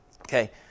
okay